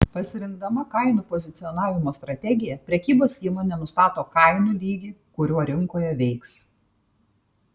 pasirinkdama kainų pozicionavimo strategiją prekybos įmonė nustato kainų lygį kuriuo rinkoje veiks